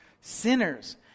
Sinners